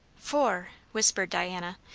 four! whispered diana,